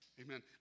Amen